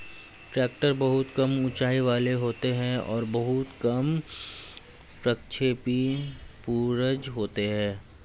tractor बहुत कम ऊँचाई वाले होते हैं और बहुत कम प्रक्षेपी पुर्जे होते हैं